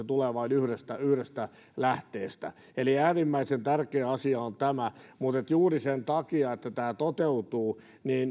tulee vain yhdestä yhdestä lähteestä eli tämä on äärimmäisen tärkeä asia mutta juuri sen takia että tämä toteutuu